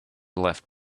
left